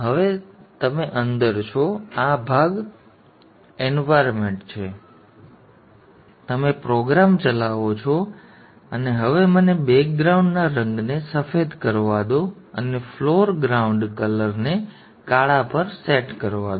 હવે તમે અંદર છો અને આ ભાગ પર્યાવરણ છે તમે પ્રોગ્રામ ચલાવો છો અને હવે મને બેકગ્રાઉન્ડ ના રંગને સફેદ કરવા દો અને ફ્લોર ગ્રાઉન્ડ કલરને કાળા પર સેટ કરવા દો